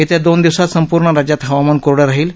येत्या दोन दिवसात संपूर्ण राज्यात हवामान कोरडं राहील